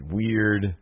weird